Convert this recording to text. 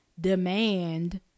demand